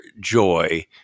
joy